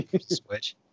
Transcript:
switch